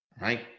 right